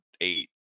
eight